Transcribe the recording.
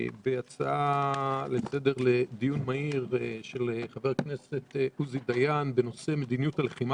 בהצעה לדיון מהיר של חבר הכנסת עוזי דיין בנושא מדיניות הלחימה